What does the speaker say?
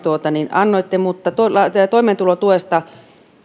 annoitte mutta toimeentulotuesta